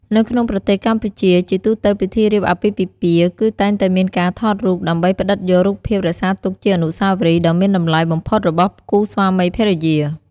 នៅក្នុងប្រទេសកម្ពុជា ជាទូទៅពិធីរៀបអាពាហ៍ពិពាហ៍ គឺតែងតែមានការថតរូបដើម្បីផ្តិតយករូបភាពរក្សាទុកជាអនុស្សាវរីយ៍ដ៏មានតម្លៃបំផុតរបស់គូស្វាមីភរិយា។